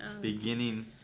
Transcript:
beginning